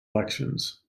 elections